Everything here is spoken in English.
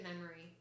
memory